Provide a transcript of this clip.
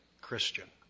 Christian